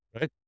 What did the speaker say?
Right